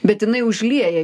bet jinai užlieja